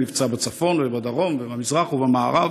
מבצע בצפון ובדרום ובמזרח ובמערב.